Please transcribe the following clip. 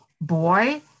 boy